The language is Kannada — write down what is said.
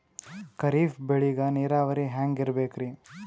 ಖರೀಫ್ ಬೇಳಿಗ ನೀರಾವರಿ ಹ್ಯಾಂಗ್ ಇರ್ಬೇಕರಿ?